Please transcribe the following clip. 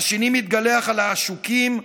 השני מתגלח על העשוקים,